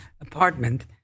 apartment